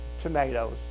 tomatoes